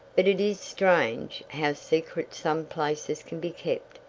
but it is strange how secret some places can be kept,